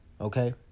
Okay